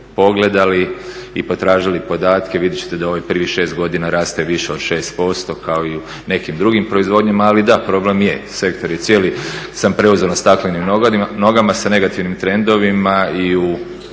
pogledali i potražili podatke vidjet ćete da u ovih prvih šest godina raste više od 6% kao i u nekim drugim proizvodnjama. Ali da, problem je. Sektor je cijeli, sam preuzeo na staklenim nogama sa negativnim trendovima i u